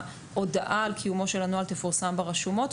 הודעה על קיומו של הנוהל תפורסם ברשומות,